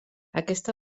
aquesta